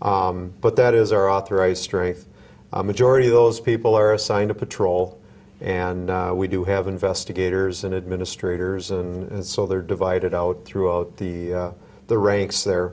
but that is our authorized strength a majority of those people are assigned a patrol and we do have investigators and administrators and so they're divided out throughout the the ranks there